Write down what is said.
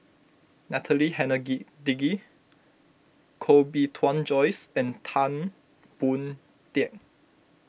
Natalie Koh Bee Tuan Joyce and Tan Boon Teik